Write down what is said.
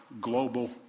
global